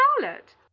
charlotte